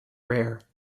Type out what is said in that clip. rare